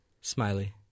Smiley